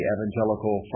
Evangelical